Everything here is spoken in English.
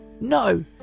No